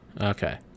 Okay